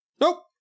Nope